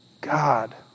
God